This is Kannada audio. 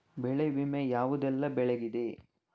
ಬೆಳೆ ವಿಮೆ ಯಾವುದೆಲ್ಲ ಬೆಳೆಗಿದೆ?